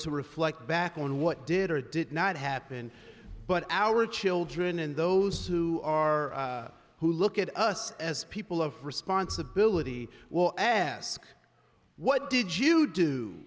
to reflect back on what did or did not happen but our children and those who are who look at us as people of responsibility will ask what did you do